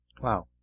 wow